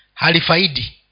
Halifaidi